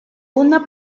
una